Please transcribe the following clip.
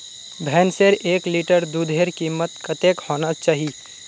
भैंसेर एक लीटर दूधेर कीमत कतेक होना चही?